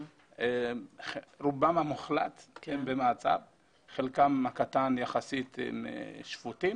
רובם המוחלט במעצר וחלקם הקטן יחסית שפוטים.